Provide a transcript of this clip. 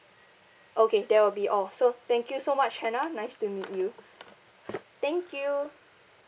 okay that will be all so thank you so much hannah nice to meet you thank you